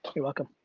you're welcome.